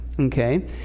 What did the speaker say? Okay